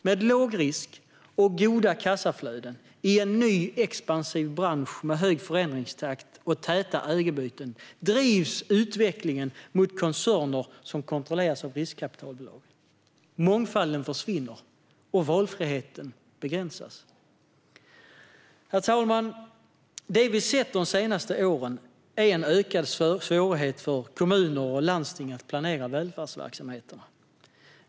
Med låg risk och goda kassaflöden i en ny, expansiv bransch med hög förändringstakt och täta ägarbyten drivs utvecklingen mot koncerner som kontrolleras av riskkapitalbolag. Mångfalden försvinner, och valfriheten begränsas. Herr talman! Det vi har sett de senaste åren är en ökad svårighet för kommuner och landsting att planera välfärdsverksamheterna.